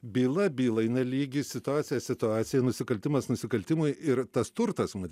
byla bylai nelygi situacija situacija nusikaltimas nusikaltimui ir tas turtas matyt